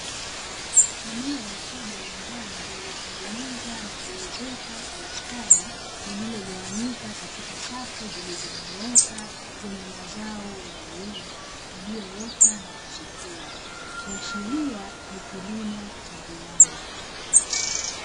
Eneo kubwa la ndani lililotengenezwa na kuezekwa kwa ustadi, lililogawanyika katika safu zilizonyooka, zenye mazao ya uyoga ulioota na kuchipua, kuashiria ni kilimo cha viwanda.